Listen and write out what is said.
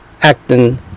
acting